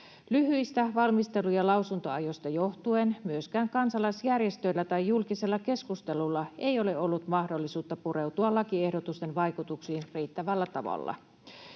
Lyhyistä valmistelu- ja lausuntoajoista johtuen myöskään kansalaisjärjestöillä tai julkisella keskustelulla ei ole ollut mahdollisuutta pureutua lakiehdotusten vaikutuksiin riittävällä tavalla.